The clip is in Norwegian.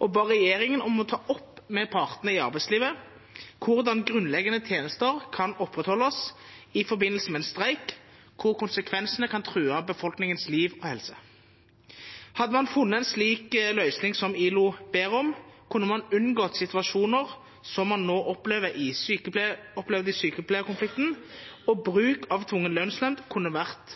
og ba regjeringen om å ta opp med partene i arbeidslivet hvordan grunnleggende tjenester kan opprettholdes i forbindelse med en streik hvor konsekvensene kan true befolkningens liv og helse. Hadde man funnet en slik løsning som ILO ber om, kunne man unngått situasjoner som man nå opplevde i sykepleierkonflikten, og bruk av tvungen lønnsnemnd kunne vært